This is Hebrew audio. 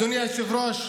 אדוני היושב-ראש,